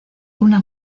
una